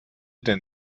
den